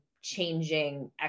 changing